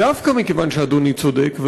דווקא מכיוון שאדוני צודק,